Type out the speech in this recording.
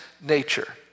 nature